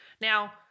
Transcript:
Now